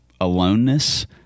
aloneness